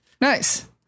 Nice